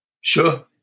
Sure